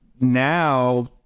now